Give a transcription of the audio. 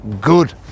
good